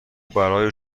برای